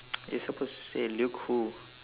you're supposed to say Luke who